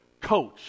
Coach